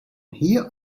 here